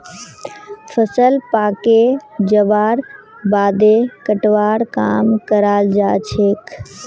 फसल पाके जबार बादे कटवार काम कराल जाछेक